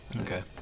Okay